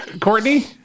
Courtney